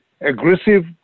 aggressive